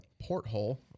porthole